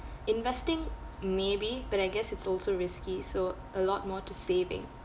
investing maybe but I guess it's also risky so a lot more to saving